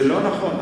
זה לא נכון.